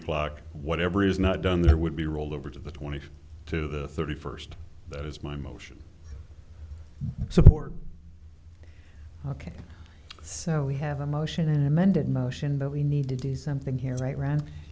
o'clock whatever is not done there would be rolled over to the twenty to the thirty first that is my motion support ok so we have a motion an amended motion but we need to do something here right